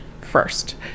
first